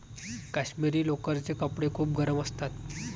काश्मिरी लोकरचे कपडे खूप गरम असतात